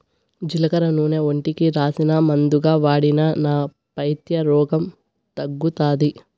జీలకర్ర నూనె ఒంటికి రాసినా, మందుగా వాడినా నా పైత్య రోగం తగ్గుతాది